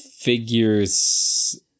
figures